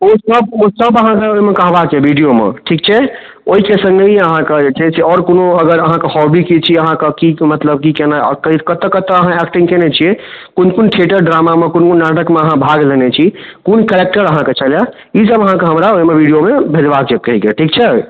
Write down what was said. ओसब ओसब अहाँके ओहिमे कहबाके अइ वीडिओमे ठीक छै ओहिके सङ्गे ही अहाँके जे छै से आओर कोनो अगर अहाँके हॉबी अछि अहाँके कि मतलब कि केनाइ आओर कतऽ कतऽ अहाँ एक्टिङ्ग कएने छिए कोन कोन थिएटर ड्रामामे कोन कोन नाटकमे अहाँ भाग लेने छी कोन कैरेक्टर अहाँके छलै ईसब अहाँके हमरा ओहिमे वीडिओमे भेजबाके छै ठीक छै